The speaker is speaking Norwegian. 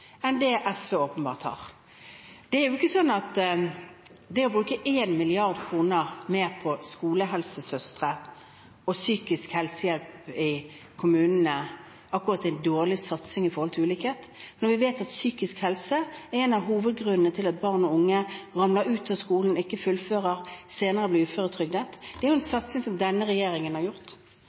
enn det SV åpenbart har. Det er jo ikke sånn at det å bruke 1 mrd. kr mer på skolehelsesøstre og psykisk helsehjelp i kommunene akkurat er en dårlig satsing mot ulikhet, når vi vet at psykisk helse er en av hovedgrunnene til at barn og unge ramler ut av skolen, ikke fullfører og senere blir uføretrygdet. Det er jo en satsing denne regjeringen har gjort.